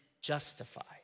justified